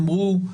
אמרו,